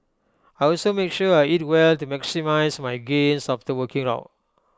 I also make sure I eat well to maximise my gains after working out